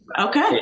Okay